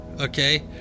okay